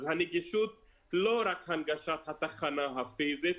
הנגישות היא לא רק הנגשה התחנה הפיזית.